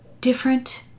different